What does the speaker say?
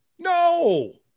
No